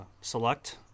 Select